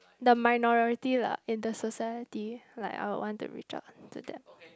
the minority lah in the society like I will want to reach out to them